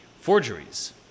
forgeries